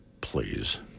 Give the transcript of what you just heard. Please